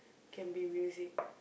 can be music